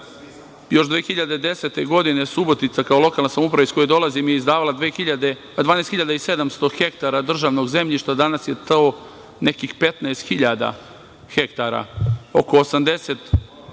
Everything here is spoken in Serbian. Još 2010. godine Subotica kao lokalna samouprava iz koje dolazim, izdavala je 12.700 hektara državnog zemljišta, a danas je to nekih 15 hiljada hektara, oko 85 miliona